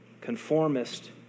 Conformist